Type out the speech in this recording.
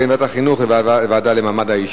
בעד, 14,